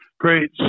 Great